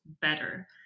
better